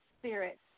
spirit